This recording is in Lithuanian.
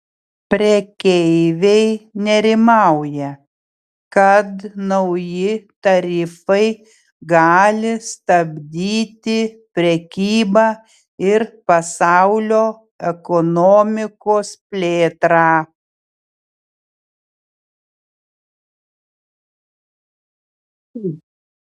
prekeiviai nerimauja kad nauji tarifai gali stabdyti prekybą ir pasaulio ekonomikos plėtrą